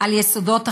על יסודות החירות,